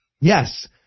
Yes